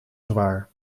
zwaar